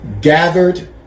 Gathered